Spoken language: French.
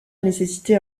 nécessité